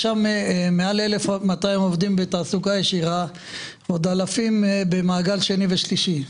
יש שם מעל 1,200 עובדים בתעסוקה ישירה ועוד אלפים במעגל שני ושלישי,